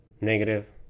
negative